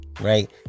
right